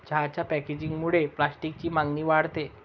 चहाच्या पॅकेजिंगमुळे प्लास्टिकची मागणी वाढते